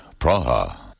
Praha